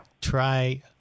try